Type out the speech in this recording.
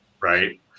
Right